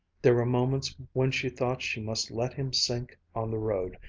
there were moments when she thought she must let him sink on the road,